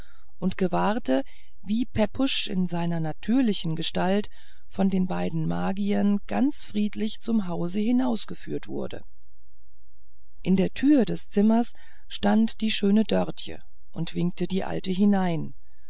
und gewahrte wie pepusch in seiner natürlichen gestalt von den beiden magiern ganz friedlich zum hause hinausgeführt wurde in der türe des zimmers stand die schöne dörtje und winkte die alte hinein